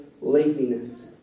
laziness